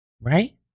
Right